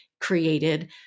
created